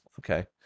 Okay